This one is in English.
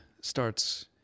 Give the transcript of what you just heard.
starts